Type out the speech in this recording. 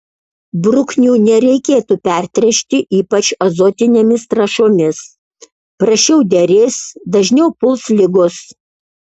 bruknių nereikėtų pertręšti ypač azotinėmis trąšomis prasčiau derės dažniau puls ligos